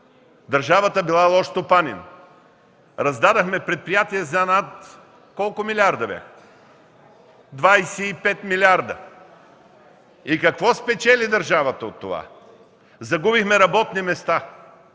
държавата била лош стопанин. Раздадохме предприятия за над – колко милиарда бяха? Двадесет и пет милиарда! И какво спечели държавата от това? Загубихме работни места,